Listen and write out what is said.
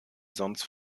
sonst